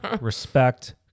respect